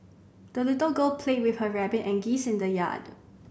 the little girl played with her rabbit and geese in the yard